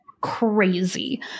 crazy